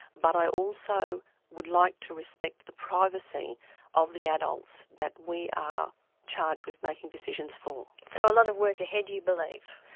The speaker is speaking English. but i also would like to respect the privacy of the adults that we are charged with making decisions for. so a lot of work ahead, you believe?